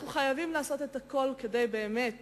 אנחנו חייבים לעשות את הכול כדי באמת